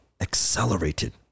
accelerated